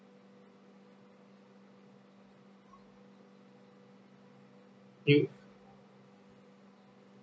it'll